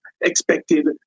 expected